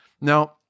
Now